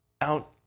out